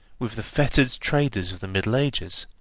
with the fettered traders of the middle ages,